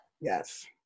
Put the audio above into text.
Yes